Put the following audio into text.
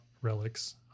relics